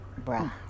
Bruh